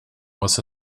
was